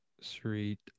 Street